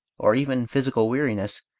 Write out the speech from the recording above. or even physical weariness,